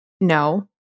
No